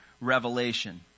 revelation